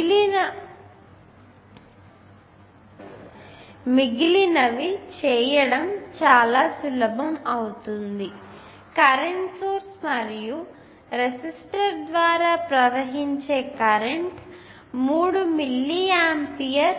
ఇప్పుడు మిగిలిన చేయడం చాలా సులభం అవుతుంది కరెంటు సోర్స్ మరియు ఈ రెసిస్టర్ ద్వారా ప్రవహించే కరెంట్ 3 మిల్లీ ఆంపియర్